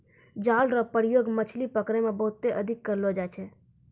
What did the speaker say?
जाल रो प्रयोग मछली पकड़ै मे बहुते अधिक करलो जाय छै